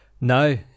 no